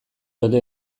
ote